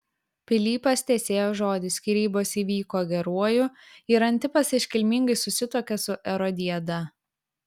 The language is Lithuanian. pilypas tesėjo žodį skyrybos įvyko geruoju ir antipas iškilmingai susituokė su erodiada